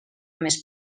més